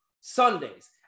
Sundays